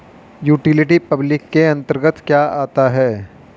Utility public के अंतर्गत क्या आता है?